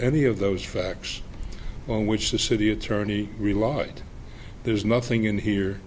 any of those facts on which the city attorney relied there's nothing in here